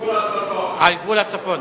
על גבול הצפון.